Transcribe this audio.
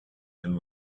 and